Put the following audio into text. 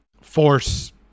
force